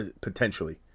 potentially